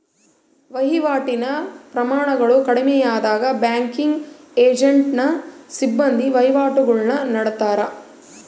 ವಹಿವಾಟಿನ ಪ್ರಮಾಣಗಳು ಕಡಿಮೆಯಾದಾಗ ಬ್ಯಾಂಕಿಂಗ್ ಏಜೆಂಟ್ನ ಸಿಬ್ಬಂದಿ ವಹಿವಾಟುಗುಳ್ನ ನಡತ್ತಾರ